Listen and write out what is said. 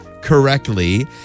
correctly